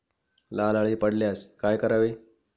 लाल अळी पडल्यास काय करावे?